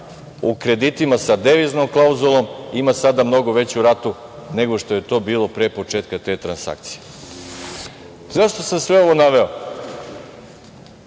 u kreditima sa deviznom klauzulom ima sada mnogo veću ratu nego što je to bilo pre početka te transakcije.Zašto sam sve ovo naveo?